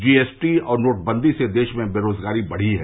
GST और नोटबंदी से देश में बेराजगारी दढ़ी है